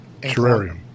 Terrarium